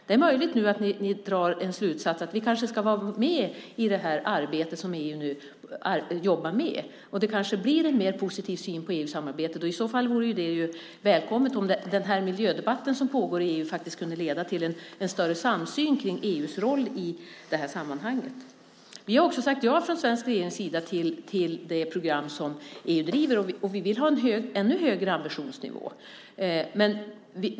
Det är möjligt att ni drar slutsatsen att ni kanske ska vara med i arbetet som EU driver och att det kanske blir en mer positiv syn på EU-samarbetet. I så fall vore det välkommet om miljödebatten som pågår i EU faktiskt kunde leda till en större samsyn om EU:s roll. Regeringen har också sagt ja till det program som EU driver. Vi vill ha en ännu högre ambitionsnivå.